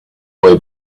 way